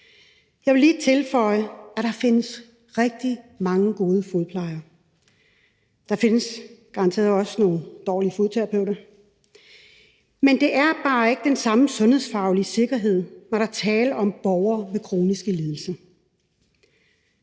Jeg vil lige tilføje, at der findes rigtig mange gode fodplejere – der findes garanteret også nogle dårlige fodterapeuter – men det er bare ikke den samme sundhedsfaglige sikkerhed, når der er tale om borgere med kroniske lidelser.